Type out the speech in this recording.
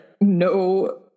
no